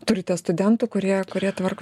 turite studentų kurie kurie tvarko